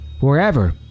wherever